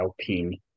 Alpine